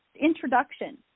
introduction